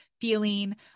feeling